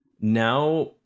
now